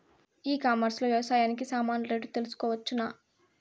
ఈ కామర్స్ లో వ్యవసాయానికి సామాన్లు రేట్లు తెలుసుకోవచ్చునా?